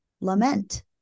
lament